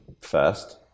first